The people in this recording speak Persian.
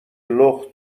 لخت